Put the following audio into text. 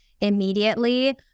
immediately